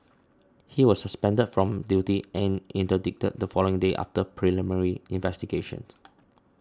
he was suspended from duty and interdicted the following day after preliminary investigations